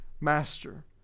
master